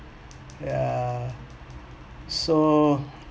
ya so